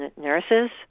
nurses